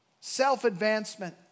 self-advancement